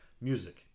music